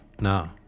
No